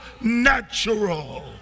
natural